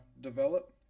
develop